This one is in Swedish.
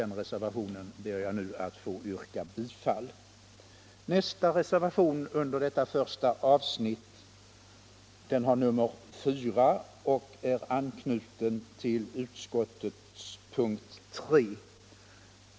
Nästa moderatreservation under detta avsnitt har nr 4 och anknyter till punkten 3 i utskottets hemställan.